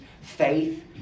faith